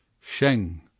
Sheng